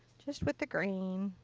just with the green.